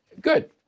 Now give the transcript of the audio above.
good